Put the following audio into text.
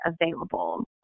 available